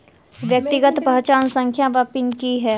व्यक्तिगत पहचान संख्या वा पिन की है?